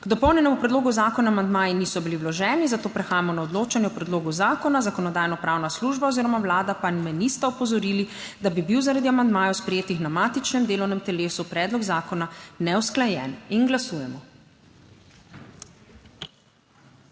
K dopolnjenemu predlogu zakona amandmaji niso bili vloženi, zato prehajamo na odločanje o predlogu zakona. Zakonodajno-pravna služba oziroma Vlada pa me nista opozorili, da bi bil zaradi amandmajev, sprejetih na matičnem delovnem telesu predlog zakona neusklajen. Glasujemo.